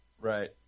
Right